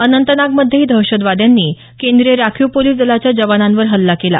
अनंतनागमध्येही दहशतवाद्यांनी केंद्रीय राखीव पोलिस दलाच्या जवानांवर हल्ला केला